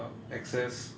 um access